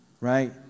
right